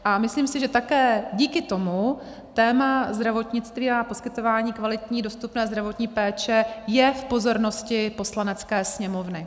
A myslím si, že také díky tomu téma zdravotnictví a poskytování kvalitní a dostupné zdravotní péče je v pozornosti Poslanecké sněmovny.